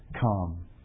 come